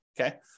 Okay